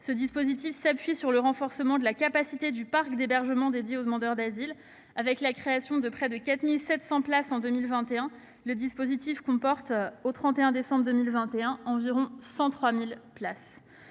Ce dispositif s'appuie sur le renforcement de la capacité du parc d'hébergement dédié aux demandeurs d'asile. Grâce à la création de près de 4 700 places en 2021, le dispositif comporte environ 103 000 places